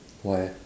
why